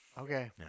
Okay